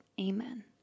Amen